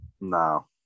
no